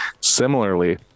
Similarly